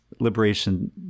liberation